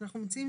אנחנו מציעים,